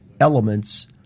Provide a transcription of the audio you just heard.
elements